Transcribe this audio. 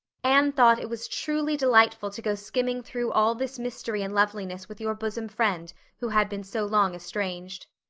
anne thought it was truly delightful to go skimming through all this mystery and loveliness with your bosom friend who had been so long estranged.